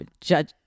Judge